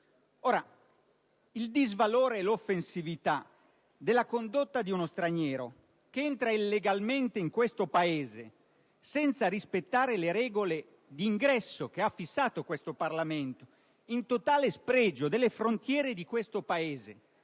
il disvalore e l'offensività della condotta di uno straniero che entra illegalmente in questo Paese, senza rispettare le regole d'ingresso fissate dal nostro Parlamento e in totale spregio delle nostre frontiere,